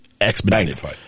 expedited